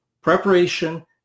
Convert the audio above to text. preparation